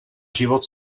život